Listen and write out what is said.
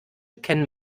kennen